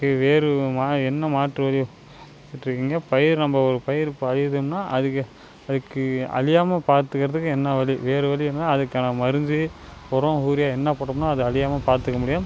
K வேறு மா என்ன மாற்று வழி பயிர் நம்ப ஒரு பயிர் பயிரிடறம்னா அதுக்கு அதுக்கு அழியாம பார்த்துக்கறதுக்கு என்ன வழி வேறு வழி இருந்ததுன்னா அதுக்கான மருந்து உரோம் யூரியா என்ன போட்டோம்னால் அது அழியாம பார்த்துக்க முடியும்